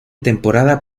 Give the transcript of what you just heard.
temporada